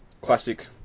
classic